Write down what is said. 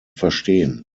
verstehen